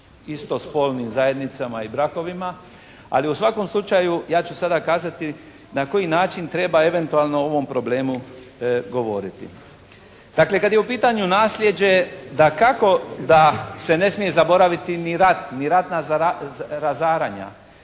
istospolnim zajednicama i brakovima, ali u svakom slučaju ja ću kazati na koji način treba eventualno ovom problemu govoriti. Dakle, kada je u pitanju nasljeđe dakako da se ne smije zaboraviti ni rat, ni ratna razaranja.